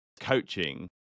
coaching